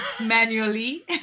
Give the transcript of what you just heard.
manually